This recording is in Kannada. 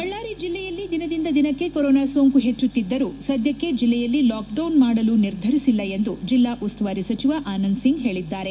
ಬಳ್ಳಾರಿ ಜಿಲ್ಲೆಯಲ್ಲಿ ದಿನದಿಂದ ದಿನಕ್ಕೆ ಕರೊನಾ ಸೋಂಕು ಹೆಚ್ಚುತ್ತಿದ್ದರೂ ಸದ್ದಕ್ಕೆ ಜಲ್ಲೆಯಲ್ಲಿ ಲಾಕ್ ಡೌನ್ ಮಾಡಲು ನಿರ್ಧರಿಸಿಲ್ಲ ಎಂದು ಜಲ್ಲಾ ಉಸ್ತುವಾರಿ ಸಚಿವ ಆನಂದ್ ಸಿಂಗ್ ಹೇಳಿದ್ದಾರೆ